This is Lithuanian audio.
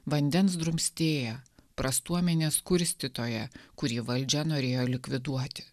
vandens drumstėją prastuomenės kurstytoją kurį valdžia norėjo likviduoti